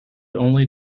only